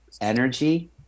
Energy